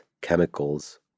chemicals